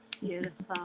Beautiful